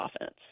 offense